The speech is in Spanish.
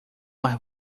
más